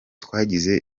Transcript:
twagize